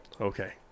Okay